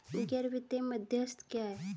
गैर वित्तीय मध्यस्थ क्या हैं?